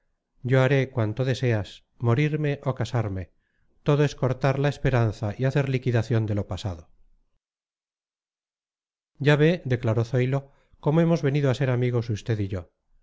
yo haré cuanto deseas morirme o casarme todo es cortar la esperanza y hacer liquidación de lo pasado ya ve declaró zoilo cómo hemos venido a ser amigos usted y yo